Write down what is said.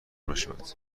بشود